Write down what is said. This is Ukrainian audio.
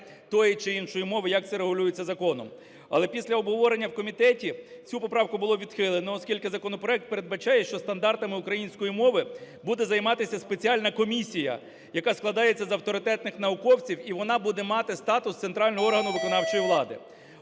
тої чи іншої мови, як це регулюється законом. Але після обговорення в комітеті цю поправку було відхилено, оскільки законопроект передбачає, що стандартами української мови буде займатися спеціальна комісія, яка складається з авторитетних науковців, і вона буде мати статус центрального органу виконавчої влади.